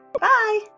Bye